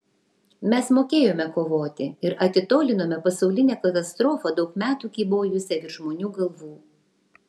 mes mokėjome kovoti ir atitolinome pasaulinę katastrofą daug metų kybojusią virš žmonių galvų